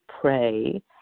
pray